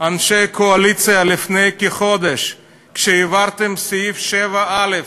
אנשי הקואליציה, לפני כחודש, כשהעברתם את סעיף 7א,